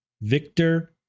Victor